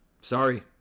Sorry